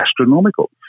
astronomical